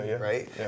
right